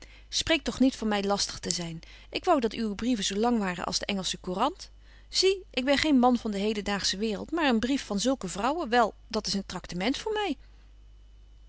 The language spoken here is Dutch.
spreek toch niet van my lastig te zyn ik wou dat uwe brieven zo lang waren als de engelsche courant zie ik ben geen man van de hedendaagsche waereld maar een brief van zulke vrouwen wel dat is een tractement voor my